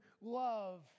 love